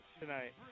tonight